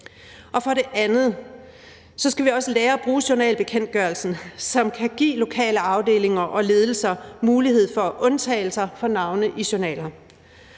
og for det andet skal vi også lære at bruge journalbekendtgørelsen, som kan give lokale afdelinger og ledelser mulighed for undtagelser for navne i journaler.